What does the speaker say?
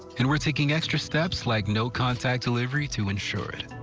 and we're taking extra steps, like no contact delivery, to ensure it.